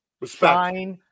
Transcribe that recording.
respect